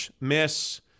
miss